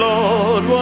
Lord